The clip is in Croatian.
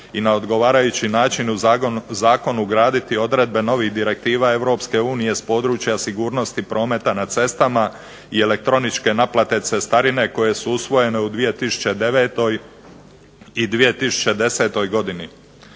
i na odgovarajući način u zakon ugraditi odredbe novih direktiva EU s područja sigurnosti prometa na cestama i elektroničke naplate cestarine koje su usvojene u 2009. i 2010. godini.